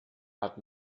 hat